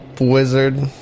wizard